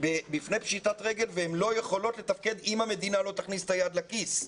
בפני פשיטת רגל והן לא יכולות לתפקד אם המדינה לא תכניס את היד לכיס.